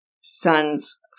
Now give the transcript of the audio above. son's